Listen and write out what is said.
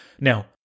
Now